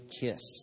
kiss